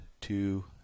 two